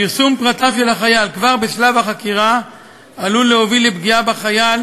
פרסום פרטיו של החייל כבר בשלב החקירה עלול להוביל לפגיעה בחייל,